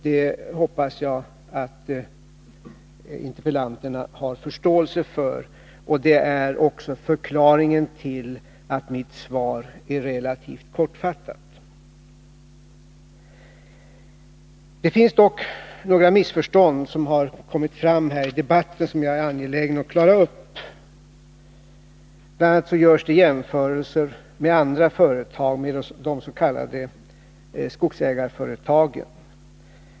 Det hoppas jag att interpellanterna också har förståelse för, och det är förklaringen till att mitt svar är relativt kortfattat. Det finns dock några missförstånd som kommit fram här i debatten och som jag är angelägen att klara upp. Bl. a. görs det jämförelser med andra företag — med de s.k. skogsägarföretagen.